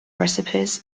recipes